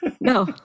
no